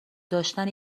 داشتن